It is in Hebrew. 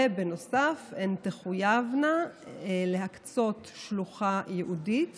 ובנוסף הן תחויבנה להקצות שלוחה ייעודית